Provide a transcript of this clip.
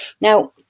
Now